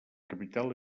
capital